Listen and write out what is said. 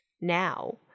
Now